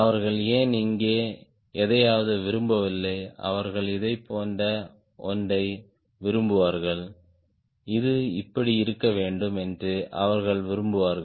அவர்கள் ஏன் இங்கே எதையாவது விரும்பவில்லை அவர்கள் இதைப் போன்ற ஒன்றை விரும்புவார்கள் இது இப்படி இருக்க வேண்டும் என்று அவர்கள் விரும்புவார்கள்